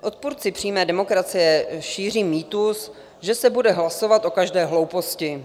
Odpůrci přímé demokracie šíří mýtus, že se bude hlasovat o každé hlouposti.